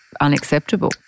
unacceptable